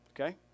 Okay